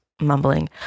mumbling